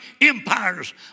empires